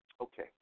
Okay